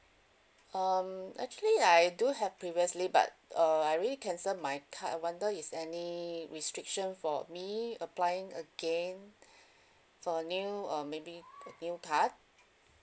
um actually I do have previously but err I really cancel my card I wonder is any restriction for me applying again for new or maybe new card